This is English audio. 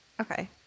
Okay